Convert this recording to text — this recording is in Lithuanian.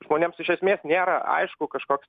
žmonėms iš esmės nėra aišku kažkoks